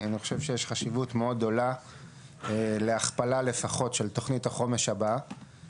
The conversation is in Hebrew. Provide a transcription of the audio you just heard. אני חושב שיש חשיבות מאוד גדולה להכפלה לפחות של תכנית החומש הבאה,